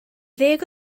ddeg